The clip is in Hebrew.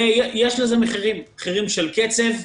ויש לזה מחירים מחירים של קצב,